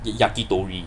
the yakitori